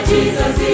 Jesus